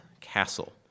Castle